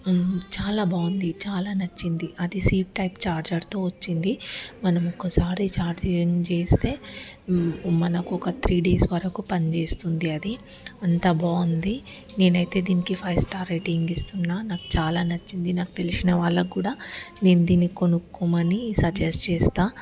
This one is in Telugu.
చాలా బాగుంది చాలా నచ్చింది అది సి టైప్ చార్జర్తో వచ్చింది మనము ఒక్కోసారి చార్జ్ ఆన్ చేస్తే మనకు ఒక త్రీ డేస్ వరకు పనిచేస్తుంది అది అంతా బాగుంది నేను అయితే దీనికి ఫైవ్ స్టార్ రేటింగ్ ఇస్తున్నాను నాకు చాలా నచ్చింది నాకు తెలిసిన వాళ్ళకి కూడా నేను దీన్ని కొనుక్కోమని సజెస్ట్ చేస్తాను